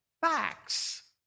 facts